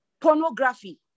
Pornography